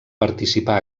participar